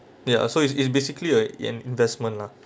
ya so it's it basically uh an investment lah